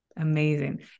Amazing